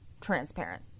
transparent